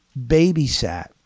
babysat